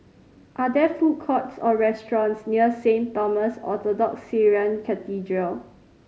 are there food courts or restaurants near Saint Thomas Orthodox Syrian Cathedral